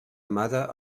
mother